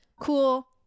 Cool